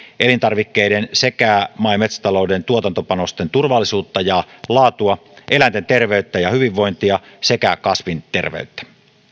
elintarvikkeiden sekä maa ja metsätalouden tuotantopanosten turvallisuutta ja laatua eläinten terveyttä ja hyvinvointia sekä kasvien terveyttä